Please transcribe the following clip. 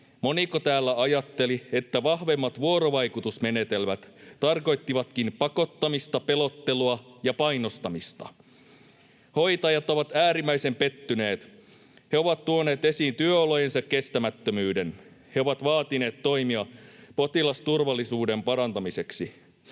Moniko täällä ajatteli, että vahvemmat vuorovaikutusmenetelmät tarkoittivatkin pakottamista, pelottelua ja painostamista? Hoitajat ovat äärimmäisen pettyneitä. He ovat tuoneet esiin työolojensa kestämättömyyden. He ovat vaatineet toimia potilasturvallisuuden parantamiseksi,